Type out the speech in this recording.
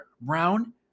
Brown